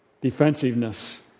defensiveness